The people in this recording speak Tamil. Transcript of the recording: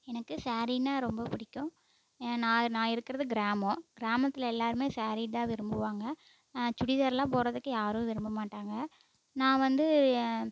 எனக்கு சேரீனால் ரொம்ப பிடிக்கும் நான் நான் இருக்கிறது கிராமம் கிராமத்தில் எல்லோருமே சேரீ தான் விரும்புவாங்க சுடிதார்லாம் போடுறதுக்கு யாரும் விரும்ப மாட்டாங்க நான் வந்து ஏ